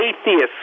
atheist